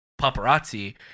paparazzi